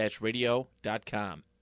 radio.com